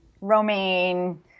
romaine